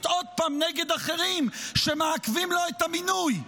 עוד פעם נגד אחרים שמעכבים לו את המינוי.